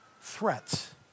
Threats